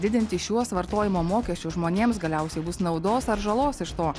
didinti šiuos vartojimo mokesčius žmonėms galiausiai bus naudos ar žalos iš to